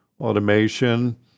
automation